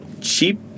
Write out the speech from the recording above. Cheap